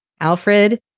Alfred